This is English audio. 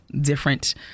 different